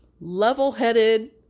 level-headed